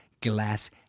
glass